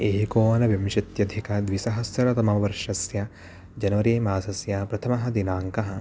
एकोनविंशत्यधिकद्विसहस्रतमवर्षस्य जनवरिमासस्य प्रथमः दिनाङ्कः